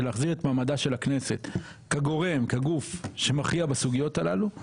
של להחזיר את מעמדה של הכנסת כגורם כגוף שמכריע בסוגיות הללו,